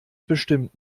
bestimmt